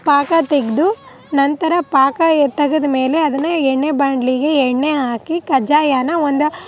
ಪಾಕ ತೆಗೆದು ನಂತರ ಪಾಕ ತೆಗದು ಮೇಲೆ ಅದನ್ನು ಎಣ್ಣೆ ಬಾಣಲಿಗೆ ಎಣ್ಣೆ ಹಾಕಿ ಕಜ್ಜಾಯನ ಒಂದು